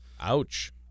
Ouch